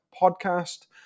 Podcast